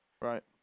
Right